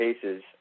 cases